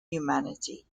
humanity